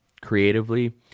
creatively